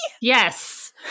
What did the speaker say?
Yes